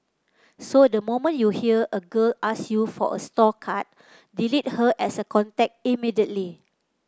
so the moment you hear a girl ask you for a store card delete her as a contact immediately